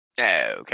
Okay